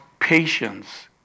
patience